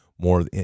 more